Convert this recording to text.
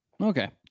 Okay